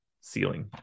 ceiling